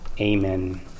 Amen